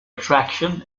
attraction